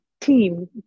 team